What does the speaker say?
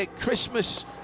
Christmas